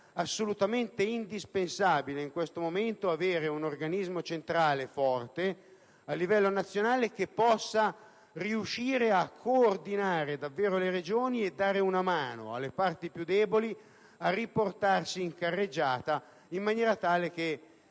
assolutamente indispensabile avere un organismo centrale forte a livello nazionale che possa riuscire a coordinare davvero le Regioni e dare una mano alle parti più deboli a riportarsi in carreggiata in maniera tale che